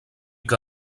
que